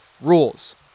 rules